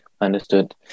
Understood